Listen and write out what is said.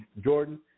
Jordan